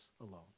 alone